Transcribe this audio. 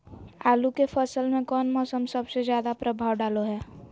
आलू के फसल में कौन मौसम सबसे ज्यादा प्रभाव डालो हय?